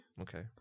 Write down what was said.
Okay